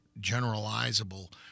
generalizable